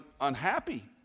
unhappy